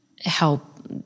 help